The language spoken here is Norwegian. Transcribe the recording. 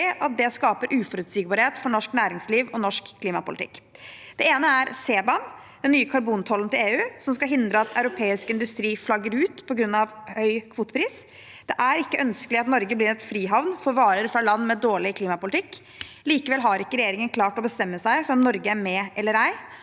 at det skaper uforutsigbarhet for norsk næringsliv og norsk klimapolitikk. Det ene er CBAM, den nye karbontollen til EU, som skal hindre at europeisk industri flagger ut på grunn av høy kvotepris. Det er ikke ønskelig at Norge blir en frihavn for varer fra land med dårlig klimapolitikk. Likevel har ikke regjeringen klart å bestemme seg for om Norge er med eller ei.